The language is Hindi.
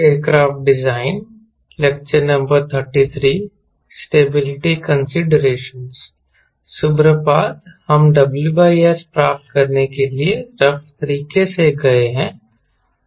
सुप्रभात हम WS प्राप्त करने के लिए रफ तरीके से गए हैं